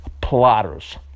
plotters